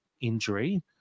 injury